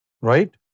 right